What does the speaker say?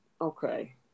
okay